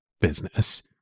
business